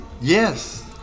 Yes